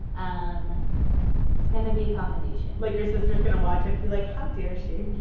um it's going to be a combination like, your sister's going to watch it and be like, how dare she?